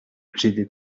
j’étais